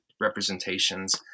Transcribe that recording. representations